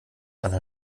anne